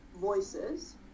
voices